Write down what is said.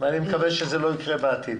ואני מקווה שזה לא יקרה בעתיד.